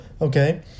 okay